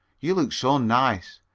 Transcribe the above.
you look so nice.